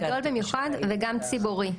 גדול במיוחד וגם ציבורי,